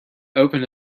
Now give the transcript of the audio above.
opened